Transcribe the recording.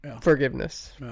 forgiveness